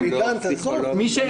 זה